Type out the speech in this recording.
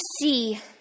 see